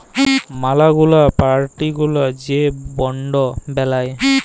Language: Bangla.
ম্যালা গুলা পার্টি গুলা যে বন্ড বেলায়